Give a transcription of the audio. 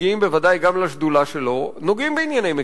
שמגיעים בוודאי גם לשדולה שלו נוגעים בענייני מקרקעין.